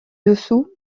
dessous